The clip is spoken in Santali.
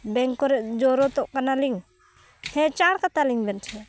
ᱵᱮᱝᱠ ᱠᱚᱨᱮ ᱡᱚᱨᱩᱨᱚᱛᱚᱜ ᱠᱟᱱᱟᱞᱤᱧ ᱦᱮᱸ ᱪᱟᱲ ᱠᱟᱛᱟᱞᱤᱧ ᱵᱮᱱᱥᱮ